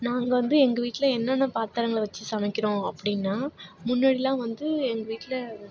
நாங்கள் வந்து எங்கள் வீட்டில் என்னென்ன பாத்திரங்கள வச்சு சமைக்கிறோம் அப்படின்னா முன்னடிலாம் வந்து எங்கள் வீட்டில்